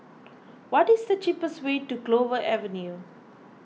what is the cheapest way to Clover Avenue